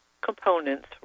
components